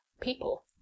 people